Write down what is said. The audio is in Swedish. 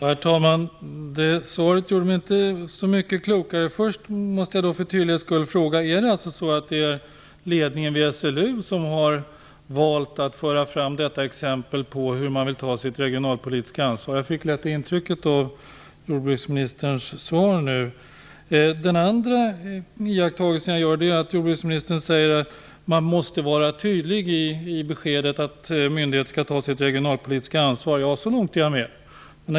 Herr talman! Det svaret gjorde mig inte så mycket klokare. Först måste jag för tydlighetens skull fråga om det är så att det är ledningen vid SLU som har valt att föra fram detta exempel på hur man vill ta sitt regionalpolitiska ansvar. Jag fick det intrycket av jordbruksministerns svar nu. Den andra iakttagelsen jag gör är att jordbruksministern säger att man måste vara tydlig i beskedet att myndigheter skall ta sitt regionalpolitiska ansvar. Så långt är jag med.